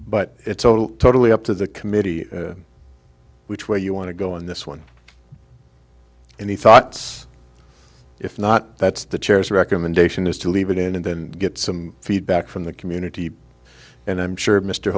but it's also totally up to the committee which way you want to go on this one any thoughts if not that's the chairs recommendation is to leave it in and then get some feedback from the community and i'm sure mr